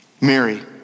Mary